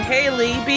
Haley